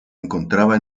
encontraba